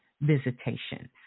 visitations